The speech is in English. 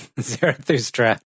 Zarathustra